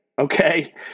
okay